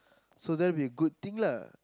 so that will be a good thing lah